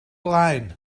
blaen